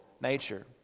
nature